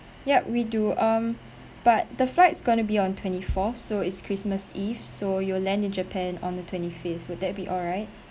yup we do um but the flight's gonna be on twenty fourth so it's christmas eve so you will land in japan on the twenty fifth would that be alright